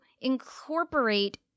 incorporate